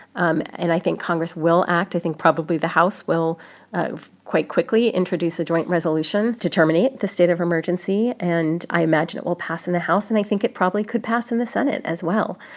um and i think congress will act. i think probably the house will quite quickly introduce a joint resolution to terminate the state of emergency. and i imagine it will pass in the house and i think it probably could pass in the senate as well.